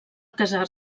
casar